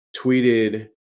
tweeted